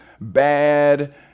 bad